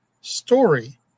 story